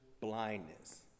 blindness